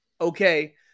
Okay